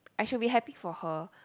I should be happy for her